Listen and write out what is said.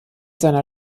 seiner